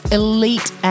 elite